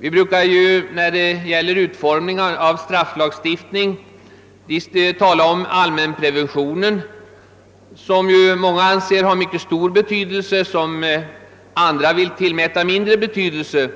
I frågor om utformningen av olika slags strafflagstiftning brukar vi ju tala om allmänpreventionen. Den anses av många vara av mycket stor betydelse, medan andra vill tillmäta den mindre betydelse.